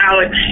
Alex